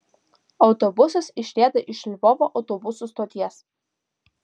autobusas išrieda iš lvovo autobusų stoties